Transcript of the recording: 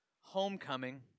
homecoming